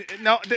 No